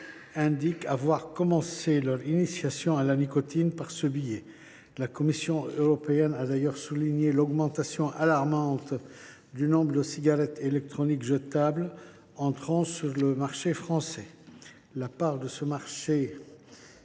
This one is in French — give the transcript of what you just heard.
indiquent avoir commencé leur initiation à la nicotine par ce biais. La Commission européenne a d’ailleurs relevé l’augmentation alarmante du nombre de cigarettes électroniques jetables entrant sur le marché français : la part de ces